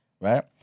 right